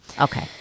Okay